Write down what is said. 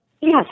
yes